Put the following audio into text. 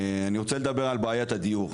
אני רוצה לדבר על בעיית הדיור.